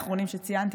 האחרונים שציינתי,